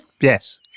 yes